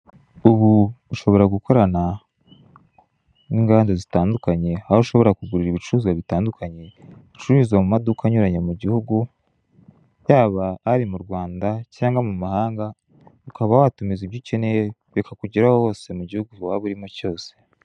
Ubu ushobora gukorana n'inganda zitandukanye aho ushobora kugurira ibicuruzwa bitandukanye bicururizwa mu maduka anyuranye mu gihugu, yaba ari mu Rwanda cyangwa mu mahanga ukaba watumiza ibyo ukeneye bikakugeraho aho hose mu gihugu waba urimo cyose.